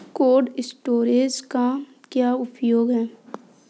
Cold storage का क्या उपयोग है?